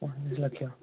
ପଇଁତିରିଶ ଲକ୍ଷ